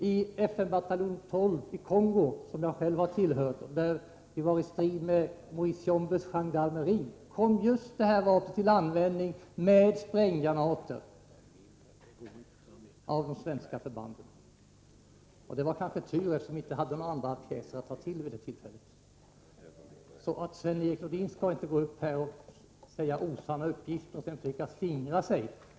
I FN-bataljon 12 i Kongo, som jag har tillhört och som var med i striderna mot Moise Tshombes gendarmeri, kom vapnet till användning med spränggrana = Nr 151 ter— och det var kanske tur, eftersom vi inte hade några andra pjäser att ta till : i Onsdagen den vid det tillfället. 23 maj 1984 Sven-Erik Nordin skall inte lämna osanna uppgifter och sedan försöka slingra sig.